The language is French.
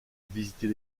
visiter